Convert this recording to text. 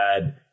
bad